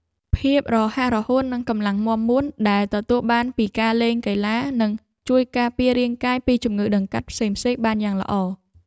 ភាពរហ័សរហួននិងកម្លាំងមាំមួនដែលទទួលបានពីការលេងកីឡានឹងជួយការពាររាងកាយពីជំងឺដង្កាត់ផ្សេងៗបានយ៉ាងល្អ។